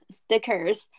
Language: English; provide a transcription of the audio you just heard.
stickers